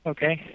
Okay